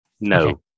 No